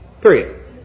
period